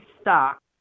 stuck